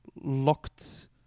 locked